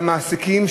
ולמעסיקים,